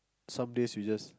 some days you just